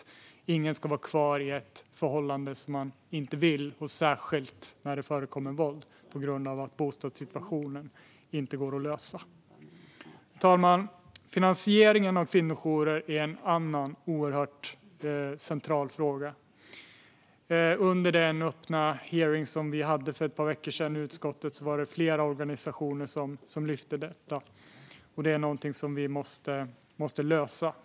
Ingen ska vara kvar i ett förhållande om man inte vill, särskilt när det förekommer våld, på grund av att bostadssituationen inte går att lösa. Fru talman! Finansieringen av kvinnojourer är en annan oerhört central fråga. Under den öppna hearing som vi hade för ett par veckor sedan i utskottet var det flera organisationer som lyfte detta. Det är någonting som vi måste lösa.